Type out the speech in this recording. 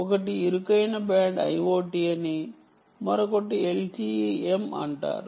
ఒకటి ఇరుకైన band IoT అని మరొకటి LTE M అంటారు